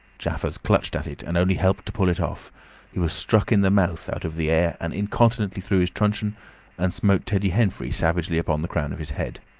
jaffers clutched at it, and only helped to pull it off he was struck in the mouth out of the air, and incontinently threw his truncheon and smote teddy henfrey savagely upon the crown of his head.